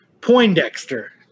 poindexter